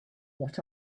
what